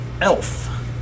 Elf